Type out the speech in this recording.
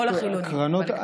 השמאל החילוני, בלקטורה.